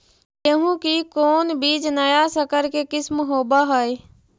गेहू की कोन बीज नया सकर के किस्म होब हय?